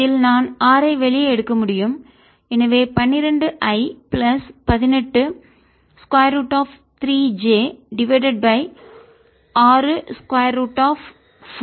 இதில் நான் 6 ஐ வெளியே எடுக்க முடியும் எனவே 12 i plus 18 square root of 3 j divided by 6 square root of 4 plus 27